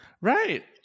Right